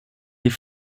sie